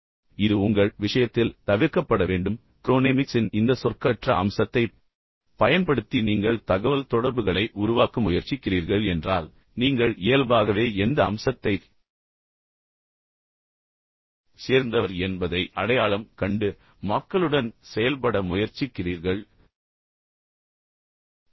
எனவே இது உங்கள் விஷயத்தில் தவிர்க்கப்பட வேண்டும் க்ரோனேமிக்சின் இந்த சொற்களற்ற அம்சத்தைப் பயன்படுத்தி நீங்கள் தகவல்தொடர்புகளை உருவாக்க முயற்சிக்கிறீர்கள் என்றால் நீங்கள் இயல்பாகவே எந்த அம்சத்தைச் சேர்ந்தவர் என்பதை அடையாளம் கண்டு மக்களுடன் செயல்பட முயற்சிக்கிறீர்கள் அதற்கேற்ப அவர்களுடன் தொடர்பு கொள்ளுங்கள்